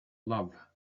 love